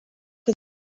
que